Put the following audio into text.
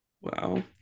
Wow